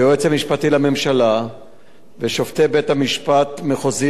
היועץ המשפטי לממשלה ושופטי בתי-משפט מחוזי